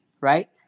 right